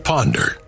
Ponder